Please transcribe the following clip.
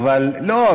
לא,